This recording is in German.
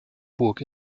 burg